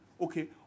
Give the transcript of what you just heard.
Okay